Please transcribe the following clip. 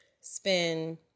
spend